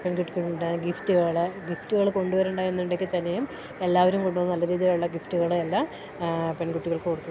പെൺകുട്ടികളുടെ ഗിഫ്റ്റുകള് ഗിഫ്റ്റുകള് കൊണ്ടുവരേണ്ടെന്നുണ്ടെങ്കില്ത്തന്നെയും എല്ലാവരും കൊണ്ടുവരുന്ന നല്ല രീതിയിലുള്ള ഗിഫ്റ്റുകളെല്ലാം പെൺകുട്ടികൾക്ക് കൊടുത്തു